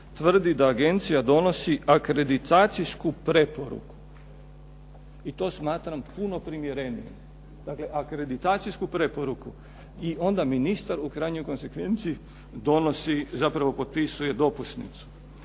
tvrdi da agencija donosi akreditacijsku preporuku. I to smatram puno primjerenijim. Dakle, akreditacijsku preporuku i onda ministar u krajnjoj konsekvenci donosi, zapravo potpisuje dopusnicu.